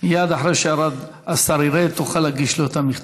מייד אחרי שהשר ירד תוכל להגיש לו את המכתב.